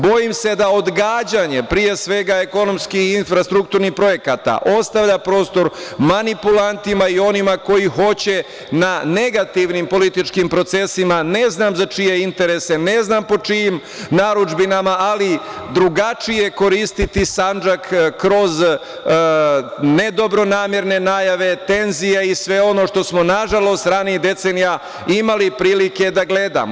Bojim se da odgađanje, pre svega ekonomskih i infrastrukturnih projekata, ostavlja prostor manipulantima i onima koji hoće na negativnim političkim procesima, ne znam za čije interese, ne znam po čijim narudžbinama, ali drugačije koristiti Sandžak, kroz nedobronamerne najave, tenzija i sve ono što smo, nažalost, ranijih decenija, imali prilike da gledamo.